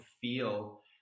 feel